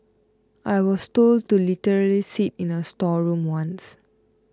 I was told to literally sit in a storeroom once